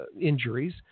injuries